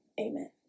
Amen